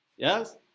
Yes